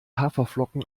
haferflocken